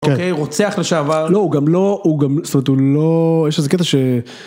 רוצח לשעבר לא הוא גם לא הוא גם לא יש איזה קטע ש...